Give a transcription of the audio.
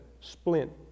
splint